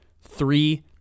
three